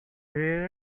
hear